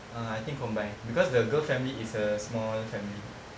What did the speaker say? uh I think combine because the girl's family is a small family